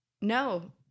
No